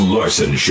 Larson